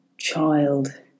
child